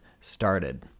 started